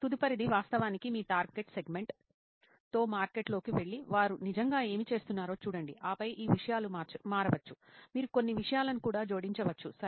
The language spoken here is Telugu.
తదుపరిది వాస్తవానికి మీ టార్గెట్ సెగ్మెంట్ తో మార్కెట్లోకి వెళ్లి వారు నిజంగా ఏమి చేస్తున్నారో చూడండి ఆపై ఈ విషయాలు మారవచ్చు మీరు కొన్ని విషయాలను కూడా జోడించవచ్చు సరే